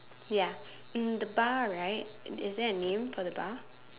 ya um the bar right is is there a name for the bar